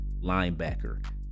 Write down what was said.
linebacker